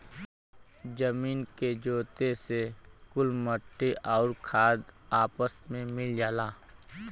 जमीन के जोते से कुल मट्टी आउर खाद आपस मे मिल जाला